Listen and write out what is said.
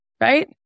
right